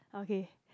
okay